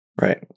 Right